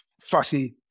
fussy